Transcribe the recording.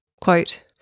Quote